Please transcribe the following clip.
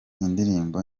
indirimbo